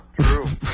True